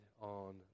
on